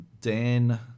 Dan